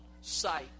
sight